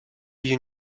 you